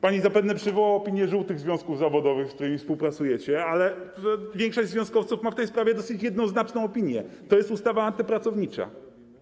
Pani zapewne przywoła opinię żółtych związków zawodowych, z którymi współpracujecie, ale większość związkowców ma w tej sprawie dosyć jednoznaczną opinię: to jest ustawa antypracownicza.